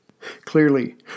Clearly